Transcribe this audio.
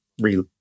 real